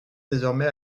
désormais